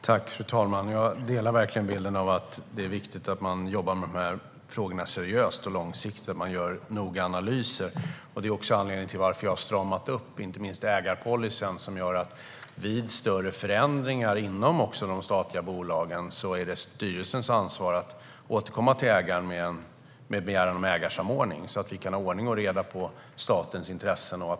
Fru talman! Jag håller verkligen med om att det är viktigt att jobba seriöst och långsiktigt med de här frågorna och att man gör noggranna analyser. Det är också anledningen till att jag har stramat upp, inte minst ägarpolicyn. Det innebär att det vid större förändringar, också inom de statliga bolagen, är styrelsens ansvar att återkomma till ägaren med en begäran om ägarsamordning. På det sättet kan vi ha ordning och reda på statens intressen.